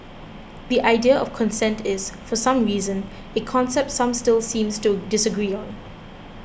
the idea of consent is for some reason a concept some still seem to disagree on